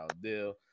deal